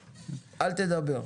בבקשה.